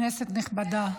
בבקשה,